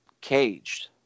caged